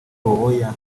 uwoya